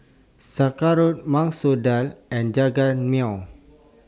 Sauerkraut Masoor Dal and Jajangmyeon